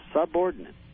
subordinate